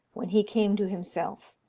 when he came to himself,